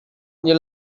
nie